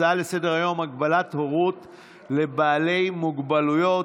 הצעה לסדר-היום: הגבלת הורות לבעלי מוגבלויות,